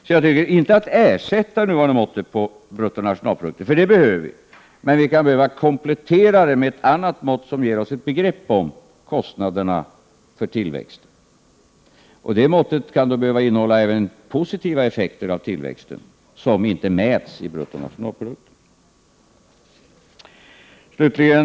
Detta innebär inte att vi skall ersätta det nuvarande måttet på bruttonationalprodukten, för det behöver vi, utan att det behöver kompletteras med ett annat mått, som ger oss ett begrepp om kostnaderna för tillväxten. Det måttet kan då behöva innehålla även positiva effekter av tillväxten, vilka inte mäts i bruttonationalprodukten.